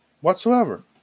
Whatsoever